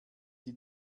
die